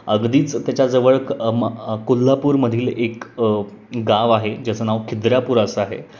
अगदीच त्याच्याजवळ कोल्हापूरमधील एक गाव आहे ज्याचं नाव खिद्रापूर असं आहे